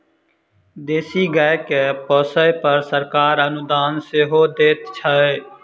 देशी गाय के पोसअ पर सरकार अनुदान सेहो दैत छै